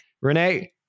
Renee